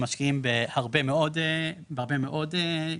שמשקיעים בהרבה מאוד חברות כאלה.